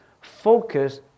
focus